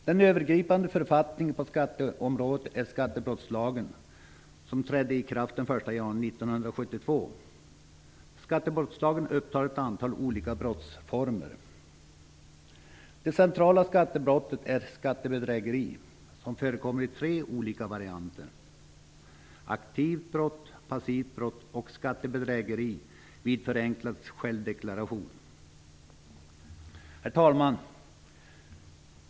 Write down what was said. Den övergripande författningen på skattebrottsområdet är skattebrottslagen, som trädde i kraft den 1 Det centrala skattebrottet är skattebedrägeri, som förekommer i tre olika varianter: aktivt brott, passivt brott och skattebedrägeri vid förenklad självdeklaration. Herr talman!